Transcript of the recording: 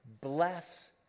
Bless